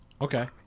Okay